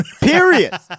period